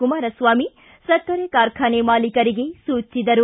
ಕುಮಾರಸ್ವಾಮಿ ಸಕ್ಕರೆ ಕಾರ್ಖಾನೆ ಮಾಲಿಕರಿಗೆ ಸೂಚಿಸಿದರು